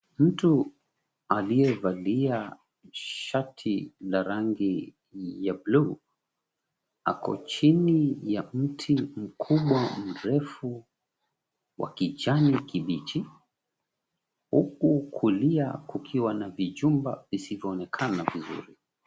Mtu aliyevalia shati la rangi ya buluu, ako chini ya mti mkubwa mrefu wa kijani kibichi. Huku kulia kukiwa na vijumba visivyoonekana vizuri.